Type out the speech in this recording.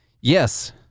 Yes